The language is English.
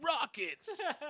Rockets